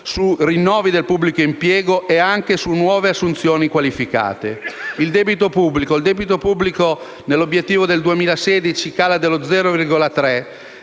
su rinnovi del pubblico impiego e anche su nuove assunzioni qualificate. Il debito pubblico, nell'obiettivo del 2016, cala dello 0,3.